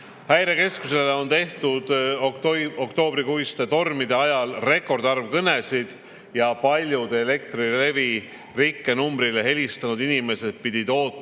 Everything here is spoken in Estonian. Häirekeskusele on tehtud oktoobrikuiste tormide ajal rekordarv kõnesid ja paljud Elektrilevi rikkenumbrile helistanud inimesed pidid ootama